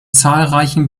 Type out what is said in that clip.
zahlreichen